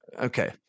Okay